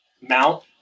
mount